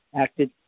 acted